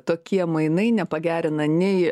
tokie mainai nepagerina nei